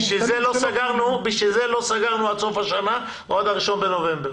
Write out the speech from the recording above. לכן לא סגרנו עד סוף השנה או עד ה-1 בנובמבר.